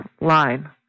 line